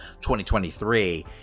2023